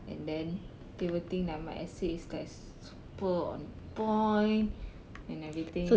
and then they will think like my essay is like super on point and everything